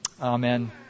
Amen